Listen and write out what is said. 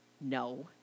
no